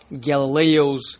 Galileo's